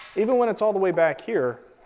even when it's all the way back here,